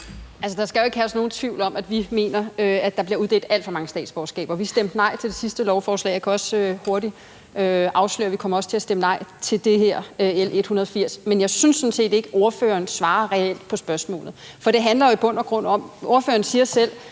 Altså, der skal jo ikke herske nogen tvivl om, at vi mener, at der bliver uddelt alt for mange statsborgerskaber. Vi stemte nej til det sidste lovforslag, og jeg kan også hurtigt afsløre, at vi kommer til at stemme nej til det her, L 180. Men jeg synes sådan set ikke, ordføreren reelt svarer på spørgsmålet. Ordføreren siger selv,